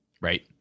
right